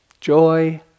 joy